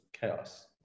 chaos